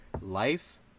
life